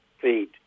feed